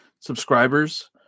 subscribers